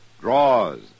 draws